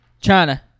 China